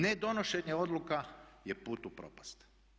Ne donošenje odluka je put u propast.